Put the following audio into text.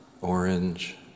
orange